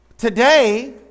Today